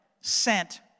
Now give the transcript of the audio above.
sent